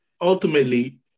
ultimately